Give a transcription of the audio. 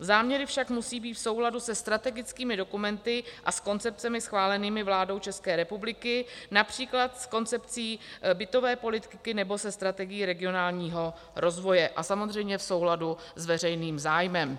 Záměry však musí být v souladu se strategickými dokumenty a s koncepcemi schválenými vládou České republiky, např. s koncepcí bytové politiky nebo se strategií regionálního rozvoje a samozřejmě v souladu s veřejným zájmem.